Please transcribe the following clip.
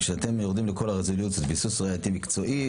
כשאתם יורדים לכל הרזולוציות ביסוס ראייתי מקצועי,